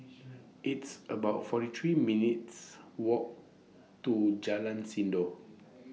It's about forty three minutes' Walk to Jalan Sindor